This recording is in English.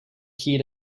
heed